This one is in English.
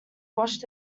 washed